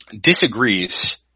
disagrees